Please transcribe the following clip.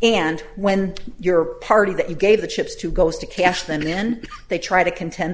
and when your party that you gave the chips to goes to cash then they try to contend